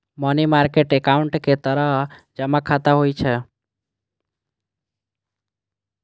money market account एक तरह जमा खाता होइ छै